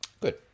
Good